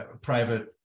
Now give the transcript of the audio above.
private